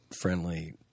friendly